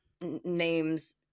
names